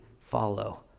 follow